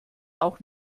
auch